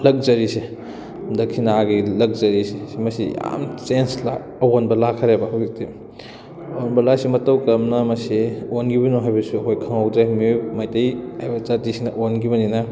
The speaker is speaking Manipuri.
ꯂꯛꯖꯔꯤꯁꯦ ꯗꯈꯤꯅꯥꯒꯤ ꯂꯛꯖꯔꯤꯁꯦ ꯁꯤ ꯃꯁꯤ ꯌꯥꯝ ꯆꯦꯟꯖ ꯑꯋꯣꯟꯕ ꯂꯥꯛꯈꯔꯦꯕ ꯍꯧꯖꯤꯛꯇꯤ ꯑꯋꯣꯟꯕ ꯂꯥꯛꯏꯁꯤ ꯃꯇꯧ ꯀꯔꯝꯅ ꯃꯁꯤ ꯑꯣꯟꯈꯤꯕꯅꯣ ꯍꯥꯏꯕꯁꯨ ꯑꯩꯈꯣꯏ ꯈꯪꯍꯧꯗ꯭ꯔꯦ ꯃꯤꯑꯣꯏ ꯃꯩꯇꯩ ꯍꯥꯏꯕ ꯖꯥꯇꯤꯁꯤꯅ ꯑꯣꯟꯈꯤꯕꯅꯤꯅ